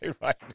right